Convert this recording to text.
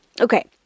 Okay